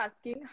asking